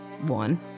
one